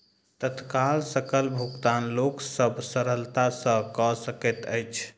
तत्काल सकल भुगतान लोक सभ सरलता सॅ कअ सकैत अछि